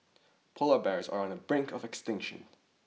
polar bears are on the brink of extinction